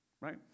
Right